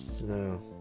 no